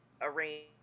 arrange